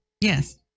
Yes